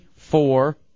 Four